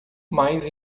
mais